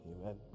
Amen